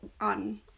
on